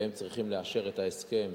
והם צריכים לאשר את ההסכם,